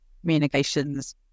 communications